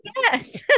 Yes